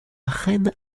reine